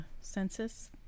census